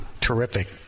terrific